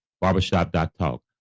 Barbershop.Talk